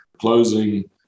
closing